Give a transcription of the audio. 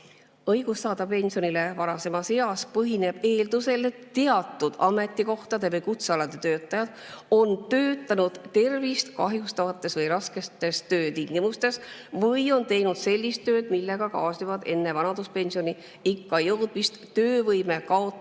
Õigus saada pensionile varasemas eas põhineb eeldusel, et teatud ametikohtade või kutsealade töötajad on töötanud tervist kahjustavates või rasketes töötingimustes või on teinud sellist tööd, millega kaasnevad enne vanaduspensioniikka jõudmist töövõime kaotus